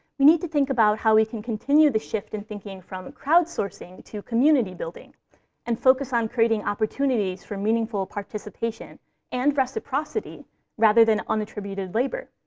we need to think about how we can continue the shift in thinking from crowdsourcing to community-building and focus on creating opportunities for meaningful participation and reciprocity rather than unattributed labor.